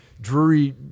Drury